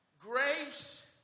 grace